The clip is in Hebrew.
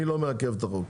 אני לא מעכב את החוק.